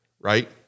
right